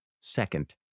Second